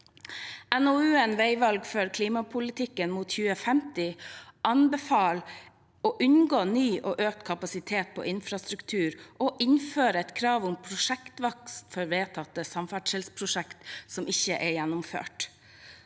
2023 (Hordfast) mot 2050 anbefaler å unngå ny og økt kapasitet på infrastruktur og å innføre et krav om «prosjektvask» for vedtatte samferdselsprosjekter som ikke er gjennomført,